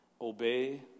obey